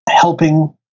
helping